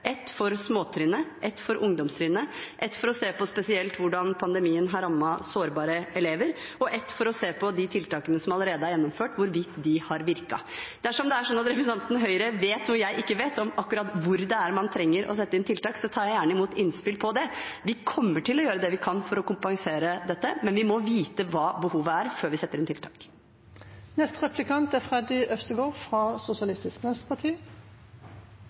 ett for småtrinnet, ett for ungdomstrinnet, ett for å se på spesielt hvordan pandemien har rammet sårbare elever, og ett for å se på de tiltakene som allerede er gjennomført, og hvorvidt de har virket. Dersom representanten fra Høyre vet noe jeg ikke vet om akkurat hvor det er man trenger å sette inn tiltak, tar jeg gjerne imot innspill på det. Vi kommer til å gjøre det vi kan for å kompensere dette, men vi må vite hva behovet er, før vi setter inn tiltak. Vi er